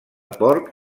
porc